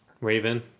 Raven